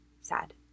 sad